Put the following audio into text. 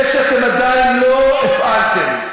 מיקי, זה שאתם עדיין לא הפעלתם.